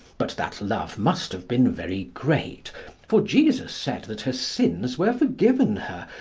but that love must have been very great for jesus said that her sins were forgiven her,